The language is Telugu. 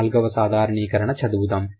నాలుగవ సాధారణీకరణ చదువుదాం